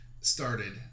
started